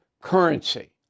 currency